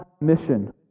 mission